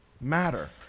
matter